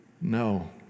No